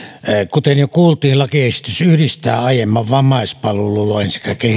kuten jo kuultiin lakiesitys yhdistää aiemman vammaispalvelulain